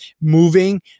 moving